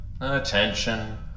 attention